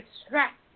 extract